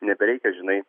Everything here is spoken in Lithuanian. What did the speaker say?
nebereikia žinai